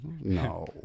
No